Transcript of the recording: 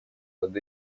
под